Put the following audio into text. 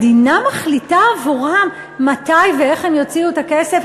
ומדינה מחליטה עבורם מתי ואיך הם יוציאו את הכסף?